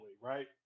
right